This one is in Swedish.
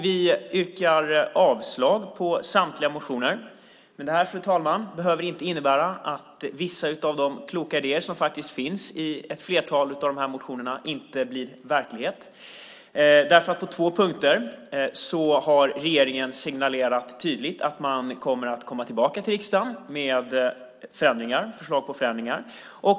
Vi yrkar avslag på samtliga motioner, men detta, fru talman, behöver inte innebära att vissa av de kloka idéer som faktiskt finns i ett flertal av de här motionerna inte blir verklighet. På två punkter har nämligen regeringen tydligt signalerat att man kommer att komma tillbaka till riksdagen med förslag på förändringar.